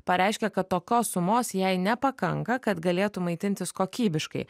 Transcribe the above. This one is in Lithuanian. pareiškė kad tokios sumos jai nepakanka kad galėtų maitintis kokybiškai